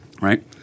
Right